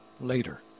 later